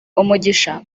umugisha